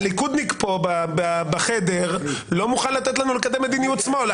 הליכודניק כאן בחדר לא מוכן לתת לנו לקדם מדיניות שמאל.